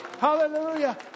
Hallelujah